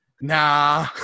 nah